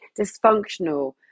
dysfunctional